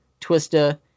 Twista